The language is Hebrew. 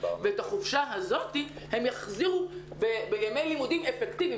ואת החופשה הזאת הם יחזירו בימי לימודים אפקטיביים